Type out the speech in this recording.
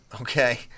okay